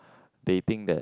they think that